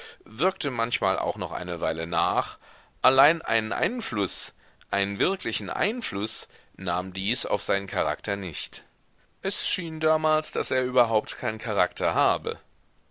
wirkte manchmal auch noch eine weile nach allein einen einfluß einen wirklichen einfluß nahm dies auf seinen charakter nicht es schien damals daß er überhaupt keinen charakter habe